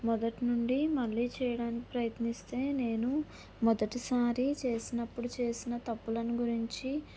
మొదటి నుండి మళ్ళీ చేయడానికి ప్రయత్నిస్తే నేను మొదటిసారి చేసినప్పుడు చేసిన తప్పులను గురించి